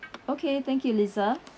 okay thank you lisa